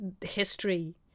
history